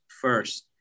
first